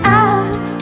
out